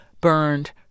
burned